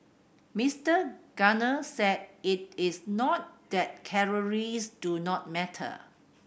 Mister Gardner said it is not that calories do not matter